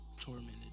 tormented